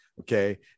Okay